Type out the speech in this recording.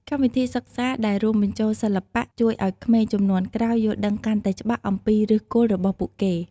កម្មវិធីសិក្សាដែលរួមបញ្ចូលសិល្បៈ ជួយឱ្យក្មេងជំនាន់ក្រោយយល់ដឹងកាន់តែច្បាស់អំពីឫសគល់របស់ពួកគេ។